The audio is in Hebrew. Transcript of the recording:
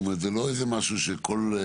זה לא איזה משהו ש-24